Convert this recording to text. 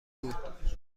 بود